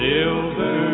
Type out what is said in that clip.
Silver